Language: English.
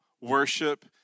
worship